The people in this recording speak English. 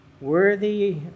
Worthy